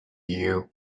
you